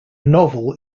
novel